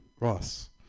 Ross